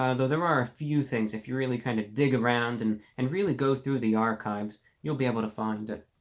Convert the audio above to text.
ah though there are a few things if you really kind of dig around and and really go through the archives you'll be able to find